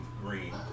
green